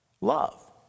love